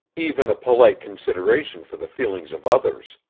even a polite consideration for the feelings of others,